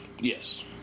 yes